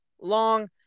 long